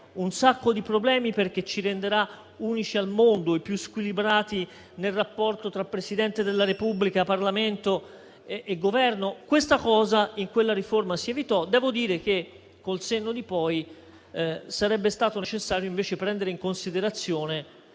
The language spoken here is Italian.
un sacco di problemi, perché ci renderà unici al mondo e più squilibrati nel rapporto tra il Presidente della Repubblica, Parlamento e Governo. In quella riforma, questa cosa si evitò. Devo dire che, col senno di poi, sarebbe stato necessario, invece, prendere in considerazione